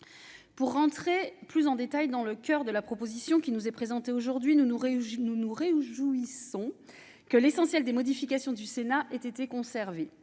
Pour entrer plus en détail dans le coeur de la proposition qui nous est présentée aujourd'hui, nous nous réjouissons que, pour l'essentiel, les modifications du Sénat aient été conservées.